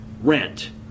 rent